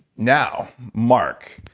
now, mark,